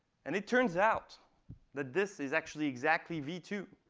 and it turns out that this is actually exactly v two.